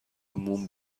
موم